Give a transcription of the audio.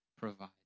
provide